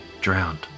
drowned